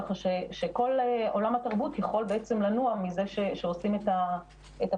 ככה שכל עולם התרבות יכול בעצם לנוע מזה שעושים את הפעילות